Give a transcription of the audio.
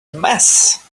mess